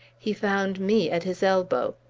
he found me at his elbow.